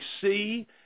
see